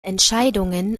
entscheidungen